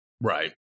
right